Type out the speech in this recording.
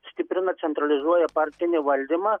stiprina centralizuoja partinį valdymą